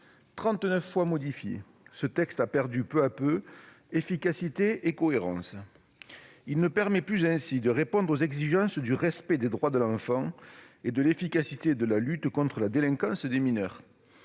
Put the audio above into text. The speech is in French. fois modifié, ce texte a perdu peu à peu efficacité et cohérence. Ainsi, il ne permet plus de répondre aux exigences en matière de respect des droits de l'enfant et d'efficacité de la lutte contre la délinquance des mineurs.